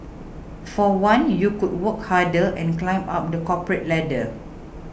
for one you could work harder and climb up the corporate ladder